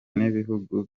n’ibihugu